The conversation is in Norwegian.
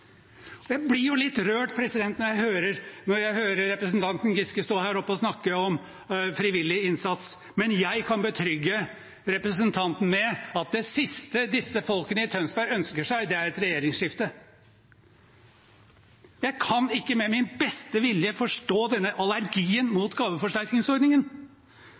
Jeg blir jo litt rørt når jeg hører representanten Giske stå her oppe og snakke om frivillig innsats, men jeg kan betrygge representanten med at det siste disse folkene i Tønsberg ønsker seg, er et regjeringsskifte. Jeg kan ikke med min beste vilje forstå denne allergien mot gaveforsterkningsordningen